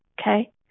okay